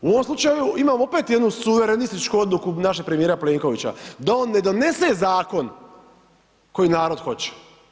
U ovom slučaju imamo opet jednu suverenističku odluku našeg premijera Plenkovića, da on ne donese zakon koji narod hoće.